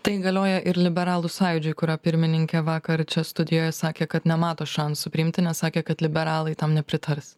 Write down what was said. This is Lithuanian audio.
tai galioja ir liberalų sąjūdžiui kurio pirmininkė vakar čia studijoje sakė kad nemato šansų priimti nes sakė kad liberalai tam nepritars